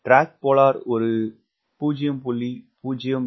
track polar ஒரு 0